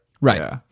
Right